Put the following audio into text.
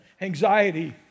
anxiety